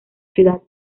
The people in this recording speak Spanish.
ciudad